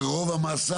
ורוב המסה?